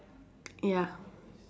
ya